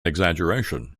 exaggeration